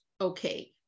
okay